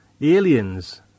Aliens